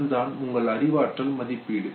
அதுதான் உங்கள் அறிவாற்றல் மதிப்பீடு